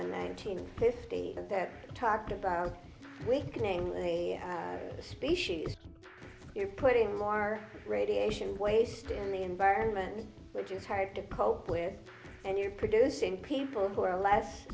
in nineteen fifty that talked about weakening the species you're putting lar radiation waste in the environment which is hard to cope with and you're producing people who are less